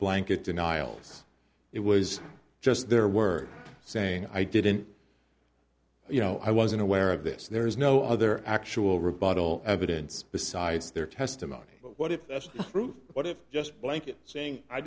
blanket denials it was just there were saying i didn't you know i wasn't aware of this there's no other actual rebuttal evidence besides their testimony but what if that's true what if just blanket saying i